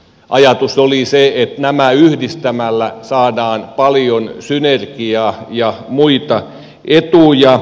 ajatus oli se että nämä yhdistämällä saadaan paljon synergia ja muita etuja